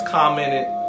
commented